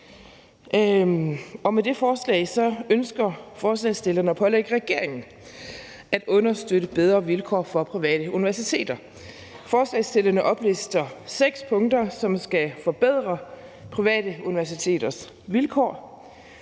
Med forslaget ønsker forslagsstillerne at pålægge regeringen at understøtte bedre vilkår for private universiteter. Forslagsstillerne oplister seks punkter, som skal forbedre private universiteters vilkår.